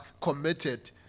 committed